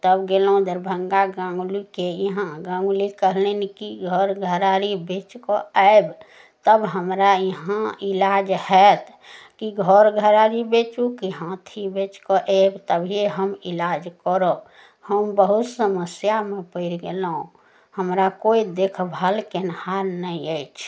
तब गेलहुँ दरभङ्गा गाङ्गुलीके इहाँ गाङ्गुली कहलनि कि घर घराड़ी बेचिकऽ आएब तब हमरा इहाँ दलाज हैत कि घर घराड़ी बेचू कि हाथी बेचिकऽ आएब तभिए हम इलाज करब हम बहुत समस्यामे पड़ि गेलहुँ हमरा कोइ देखभाल केनिहार नहि अछि